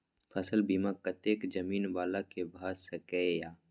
फसल बीमा कतेक जमीन वाला के भ सकेया?